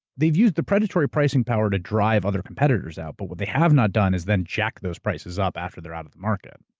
they've used the predatory pricing power to drive other competitors out, but what they have not done is then jacked those prices up after they're out of the market.